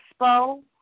expo